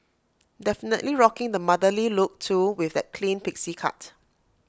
definitely rocking the motherly look too with that clean pixie cut